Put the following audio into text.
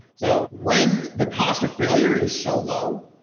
so when the cost of failure is so low,